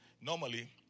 Normally